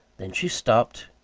then she stopped,